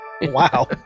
Wow